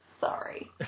Sorry